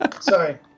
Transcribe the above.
Sorry